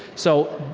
so,